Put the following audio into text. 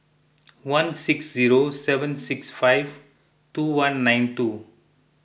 one six zero seven six five two one nine two